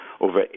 over